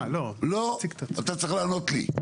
לא לענות לי.